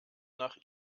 nach